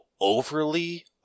overly